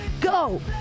Go